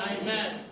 Amen